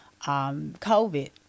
COVID